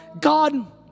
God